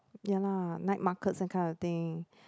ya lah night markets that kind of thing